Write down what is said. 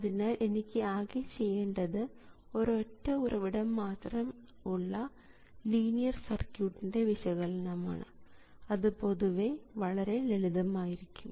അതിനാൽ എനിക്ക് ആകെ ചെയ്യേണ്ടത് ഒരൊറ്റ ഉറവിടം മാത്രമുള്ള ലീനിയർ സർക്യൂട്ട്ൻറെ വിശകലനമാണ് അത് പൊതുവെ വളരെ ലളിതമായിരിക്കും